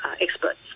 experts